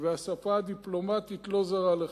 והשפה הדיפלומטית לא זרה לך.